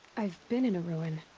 i've been in a ruin.